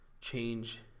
change –